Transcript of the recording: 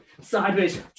sideways